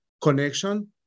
connection